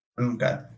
Okay